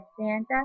Santa